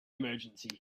emergency